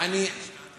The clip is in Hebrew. אבל הוכחתי.